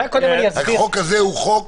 החוק הזה הוא חוק